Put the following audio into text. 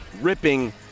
ripping